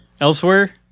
elsewhere